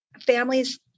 families